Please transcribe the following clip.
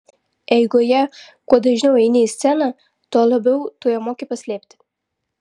eigoje kuo dažniau eini į sceną tuo labiau tu ją moki paslėpti